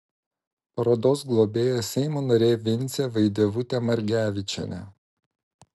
parodos globėja seimo narė vincė vaidevutė margevičienė